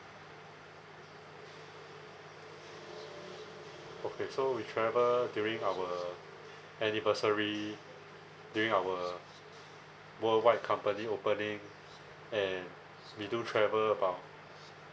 okay so we travel during our anniversary during our worldwide company opening and we do travel about